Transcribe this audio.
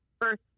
first